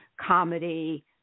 comedy